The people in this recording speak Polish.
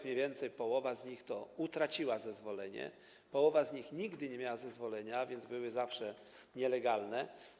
Mniej więcej połowa z nich utraciła zezwolenie, połowa z nich nigdy nie miała zezwolenia, a więc zawsze były nielegalne.